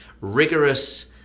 rigorous